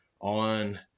on